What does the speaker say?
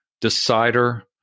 decider